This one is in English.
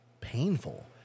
painful